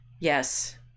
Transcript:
Yes